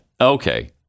Okay